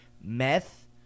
Meth